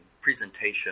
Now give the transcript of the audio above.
Presentation